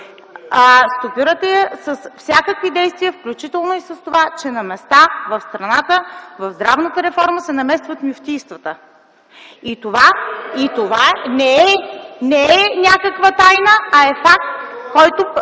Стопирате я с всякакви действия, включително и с това, че на места в страната в здравната реформа се намесват мюфтийствата. (Смях от ДПС.) Това не е някаква тайна, а е факт, който